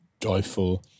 joyful